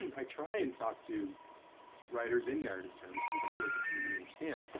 and i try and talk to writers in narrative terms because i feel like it's something we understand.